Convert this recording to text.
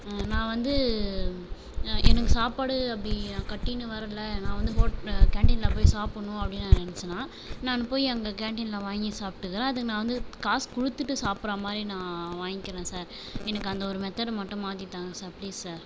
நான் வந்து எனக்கு சாப்பாடு அப்படி கட்டின்னு வரேன்ல நான் வந்து ஹோட் கேன்டீனில் போய் சாப்புடுணும் அப்படின்னு நான் நினைச்சேன்னா நான் போய் அங்கே கேன்டீனில் வாங்கி சாப்பிட்டுக்கிறேன் அதுக்கு நான் வந்து காசு கொடுத்துட்டு சாப்புடுற மாதிரி நான் வாங்கிக்கிறேன் சார் எனக்கு அந்த ஒரு மெத்தடை மட்டும் மாற்றித் தாங்கள் சார் ப்ளீஸ் சார்